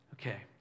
Okay